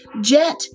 Jet